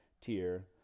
tier